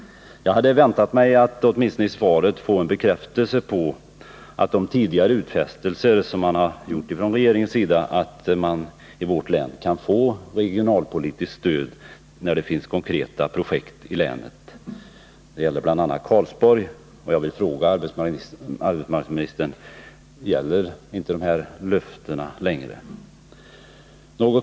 Jag hade väntat mig att i svaret åtminstone få en bekräftelse på de utfästelser som regeringen tidigare har gjort att man i vårt län skall få regionalpolitiskt stöd när det finns konkreta projekt — det gäller bl.a. Karlsborg. Jag vill fråga arbetsmarknadsministern: Gäller inte de löftena längre?